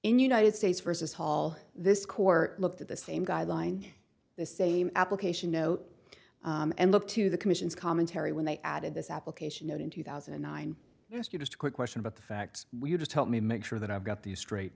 the united states versus hall this court looked at the same guideline the same application note and look to the commission's commentary when they added this application out in two thousand and nine rescue just a quick question about the fact we would just help me make sure that i've got these straight